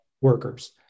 workers